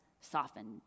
softened